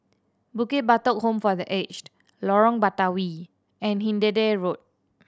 Bukit Batok Home for The Aged Lorong Batawi and Hindhede Road